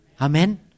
Amen